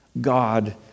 God